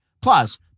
Plus